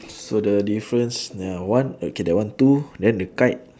so the difference ya one okay that one two and then the kite